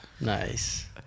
nice